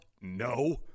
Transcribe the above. No